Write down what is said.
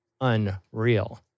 unreal